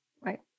Right